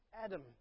Adam